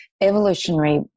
evolutionary